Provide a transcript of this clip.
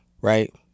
Right